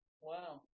Wow